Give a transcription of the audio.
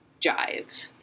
jive